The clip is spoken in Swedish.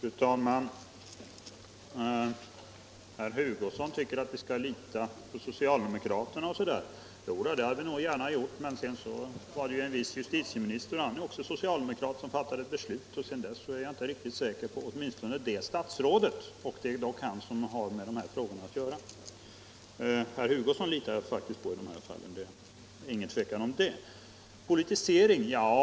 Fru talman! Herr Hugosson tycker att vi skall lita på socialdemokraterna. Det hade vi gärna gjort, men en justitieminister som också är socialdemokrat fattade ett visst beslut, och sedan dess är jag inte riktigt säker, i varje fall inte på det statsrådet. Och det är dock han som har med dessa frågor att göra. Herr Hugosson litar jag faktiskt på i detta fall. Herr Hugosson talade om politisering av frågan.